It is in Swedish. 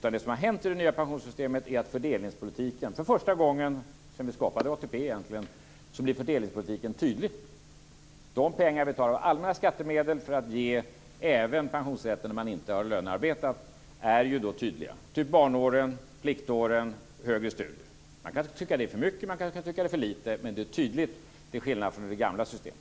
Det som har hänt i det nya pensionssystemet är att fördelningspolitiken för första gången sedan ATP skapades blir tydlig. De pengarna, betalade med allmänna skattemedel för att ge pensionsrätt även när man inte har lönearbetat, är ju tydliga, t.ex. barnåren, pliktåren och högre studier. Man kan tycka att det är för mycket, och man kan tycka att det är för litet. Men det är tydligt, till skillnad från det gamla systemet.